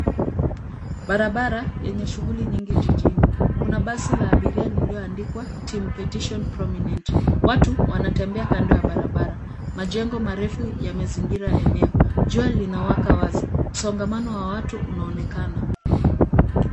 Barabara yenye shughuli nyingi jijini. Kuna basi la abiria lililoandikwa team petition prominent . Watu wanatembea kando ya barabara. Majengo marefu yamezingira eneo. Jua linawaka wazi. Msongamano wa watu unaonekana.